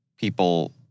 people